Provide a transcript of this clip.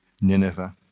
Nineveh